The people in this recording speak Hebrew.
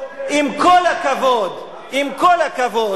אף אחד לא חוקר, עם כל הכבוד, עם כל הכבוד,